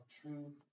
true